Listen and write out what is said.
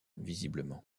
visiblement